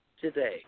today